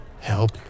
Help